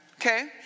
Okay